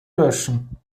löschen